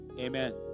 Amen